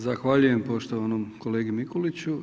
Zahvaljujem poštovanom kolegi Mikuliću.